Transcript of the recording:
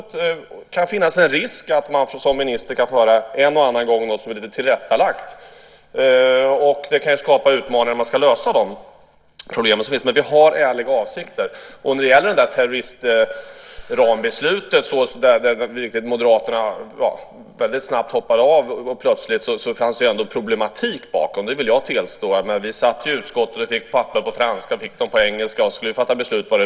Det kan finnas en risk som minister att man en och annan gång kan få höra något som är lite tillrättalagt, och det kan skapa utmaningar när man ska lösa de problem som finns. Men vi har ärliga avsikter. När det gäller terrorismrambeslutet, som Moderaterna väldigt snabbt och plötsligt hoppade av, fanns det ändå en problematik bakom det. Det vill jag tillstå. Vi satt ju i utskottet och fick papper på franska och på engelska och skulle fatta beslut.